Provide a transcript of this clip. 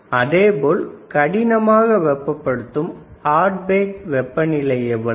அதேபோல் கடினமாக வெப்பப்படுத்தும் வெப்பநிலை எவ்வளவு